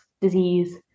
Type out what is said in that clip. disease